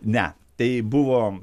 ne tai buvo